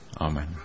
Amen